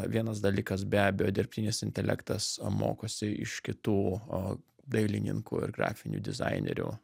vienas dalykas be abejo dirbtinis intelektas mokosi iš kitų dailininkų ir grafinių dizainerių